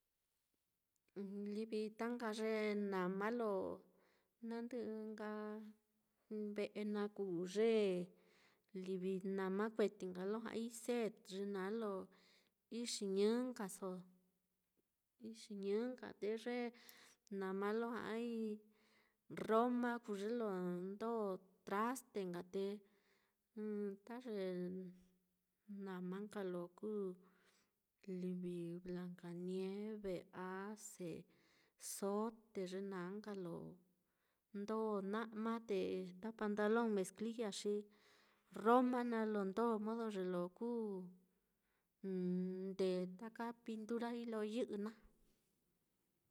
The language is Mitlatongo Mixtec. Livi ta nka ye nama lo na ndɨ'ɨ nka ve'e naá, kuu ye nama kueti lo ja'ai set xi ye naá lo ixi ñii nkaso, ixi ñii nka te ye nama lo ja'ai roma kuu ye lo ndó traste nka, te ta ye nama nka lo kuu livi blanca nieve, ace, zote ye naá nka lo ndó ma'ma te ta pantalon mezclilla xi roma naá lo ndó modo lo kú ndee taka pinturai lo yɨ'ɨ naá.